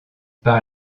par